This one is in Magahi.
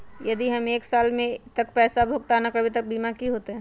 यदि हम एक साल तक पैसा भुगतान न कवै त हमर बीमा के की होतै?